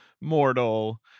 mortal